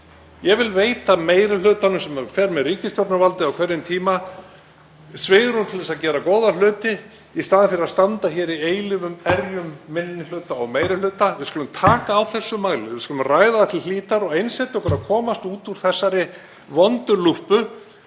Ég vil veita meiri hlutanum sem fer með ríkisstjórnarvaldið á hverjum tíma svigrúm til að gera góða hluti í staðinn fyrir að standa hér í eilífum erjum minni hluta og meiri hluta. Við skulum taka á þessu máli og við skulum ræða það til hlítar og einsetja okkur að komast út úr þessari vondu lúppu